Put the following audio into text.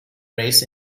race